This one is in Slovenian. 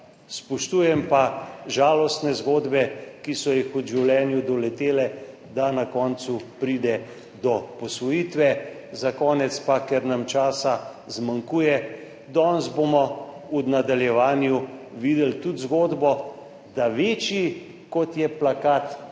Spoštujem pa žalostne zgodbe, ki so jih v življenju doletele, da na koncu pride do posvojitve. Za konec pa, ker nam časa zmanjkuje, danes bomo v nadaljevanju videli tudi zgodbo, da večji kot je plakat,